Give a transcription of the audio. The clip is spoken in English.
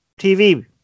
TV